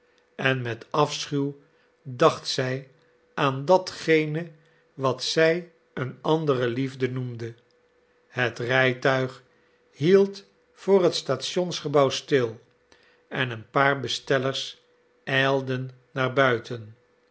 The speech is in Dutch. en met afschuw dacht zij aan datgene wat zij een andere liefde noemde het rijtuig hield voor het stationsgebouw stil en een paar bestellers ijlden naar buiten